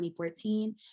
2014